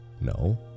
No